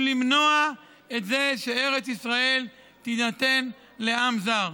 למנוע את זה שארץ ישראל תינתן לעם זר.